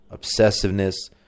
obsessiveness